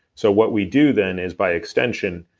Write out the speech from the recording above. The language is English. so what we do then is by extension,